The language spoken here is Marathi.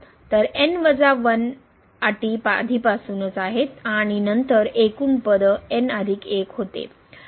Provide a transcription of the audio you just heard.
तर अटी आधीपासूनच आहेत आणि नंतर एकूण पद होते